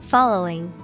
Following